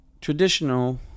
traditional